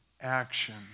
action